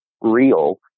real